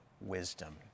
wisdom